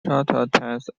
shortest